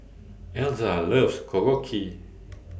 Elza loves Korokke